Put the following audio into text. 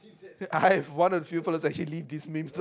I have one of the few people that actually leave these memes